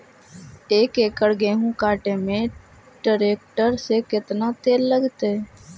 एक एकड़ गेहूं काटे में टरेकटर से केतना तेल लगतइ?